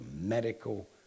medical